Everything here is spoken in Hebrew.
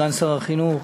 סגן שר החינוך,